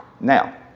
Now